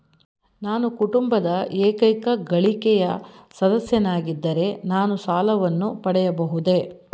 ನಾನು ಕುಟುಂಬದ ಏಕೈಕ ಗಳಿಕೆಯ ಸದಸ್ಯನಾಗಿದ್ದರೆ ನಾನು ಸಾಲವನ್ನು ಪಡೆಯಬಹುದೇ?